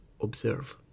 Observe